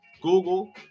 Google